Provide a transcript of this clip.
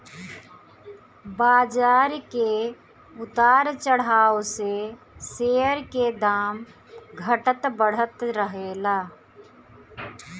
बाजार के उतार चढ़ाव से शेयर के दाम घटत बढ़त रहेला